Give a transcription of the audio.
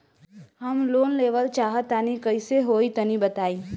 हम लोन लेवल चाह तनि कइसे होई तानि बताईं?